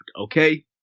Okay